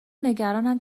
نگرانند